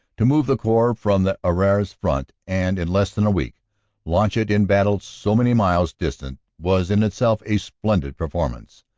to move the corps from the arras front and in less than a week launch it in battle so many miles distant was in itself a splendid performance.